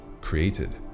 created